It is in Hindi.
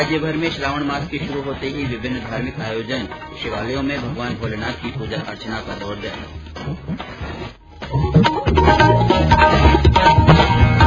राज्यभर में श्रावण मास के शुरू होते ही विभिन्न धार्मिक आयोजन शिवालयों में भगवान भोलेनाथ की पूजा अर्चना का दौर शुरू